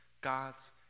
God's